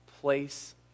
place